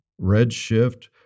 redshift